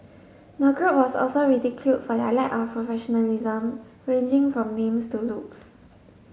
the group was also ridiculed for their lack of professionalism ranging from names to looks